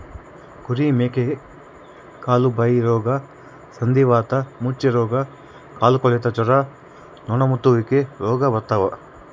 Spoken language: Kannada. ಕುರಿ ಮೇಕೆಗೆ ಕಾಲುಬಾಯಿರೋಗ ಸಂಧಿವಾತ ಮೂರ್ಛೆರೋಗ ಕಾಲುಕೊಳೆತ ಜ್ವರ ನೊಣಮುತ್ತುವಿಕೆ ರೋಗ ಬರ್ತಾವ